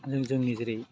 जों जोंनि जेरै